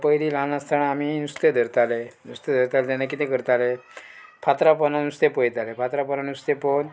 पयलीं ल्हान आसतना आमी नुस्तें धरतालें नुस्तें धरताले तेन्ना कितें करताले फातरां पोंदा नुस्तें पयताले फातरां पोंदा नुस्तें पोवन